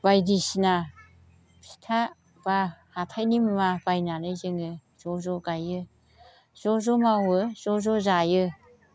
बायदिसिना फिथा बा हाथाइनि मुवा बायनानै जोङो ज' ज' गायो ज' ज' मावो ज' ज' जायो